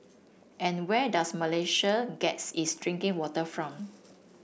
and where does Malaysia gets its drinking water from